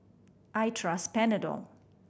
I trust Panadol